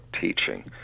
teaching